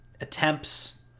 Attempts